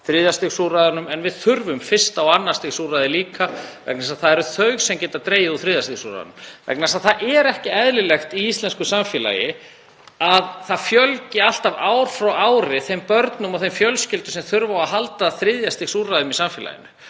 þriðja stigs úrræðunum. En við þurfum fyrsta og annars stigs úrræði líka vegna þess að það eru þau sem geta dregið úr þriðja stigs úrræðum. Það er ekki eðlilegt í íslensku samfélagi að þeim fjölgi alltaf ár frá ári, þeim börnum og þeim fjölskyldum sem þurfa á að halda þriðja stigs úrræðum í samfélaginu.